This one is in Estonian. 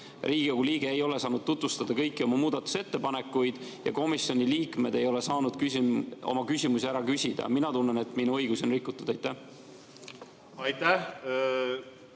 Riigikogu liige ei ole saanud tutvustada kõiki oma muudatusettepanekuid ja komisjoni liikmed ei ole saanud oma küsimusi ära küsida? Mina tunnen, et minu õigusi on rikutud. Aitäh,